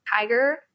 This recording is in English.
tiger